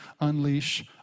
unleash